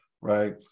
right